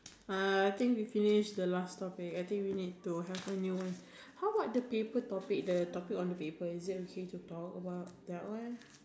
uh think we finished the last topic I think we need to have a new one how about the paper topic the topic on the paper is it okay to talk about that one